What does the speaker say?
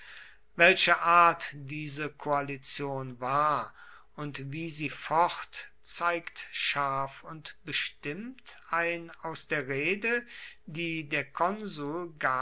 welcher art diese koalition war und wie sie focht zeigt scharf und bestimmt ein aus der rede die der konsul